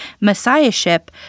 messiahship